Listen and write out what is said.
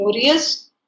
glorious